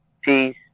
peace